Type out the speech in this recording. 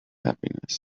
happiness